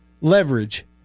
leverage